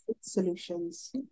Solutions